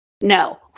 No